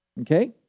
Okay